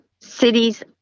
cities